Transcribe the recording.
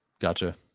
Gotcha